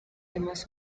demás